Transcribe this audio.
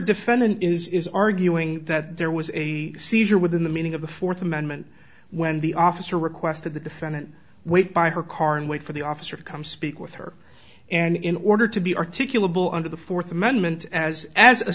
defendant is arguing that there was a seizure within the meaning of the fourth amendment when the officer requested the defendant wait by her car and wait for the officer to come speak with her and in order to be articulable under the fourth amendment as as a